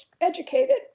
educated